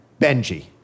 Benji